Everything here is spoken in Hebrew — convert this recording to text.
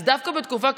אז דווקא בתקופה כזאת,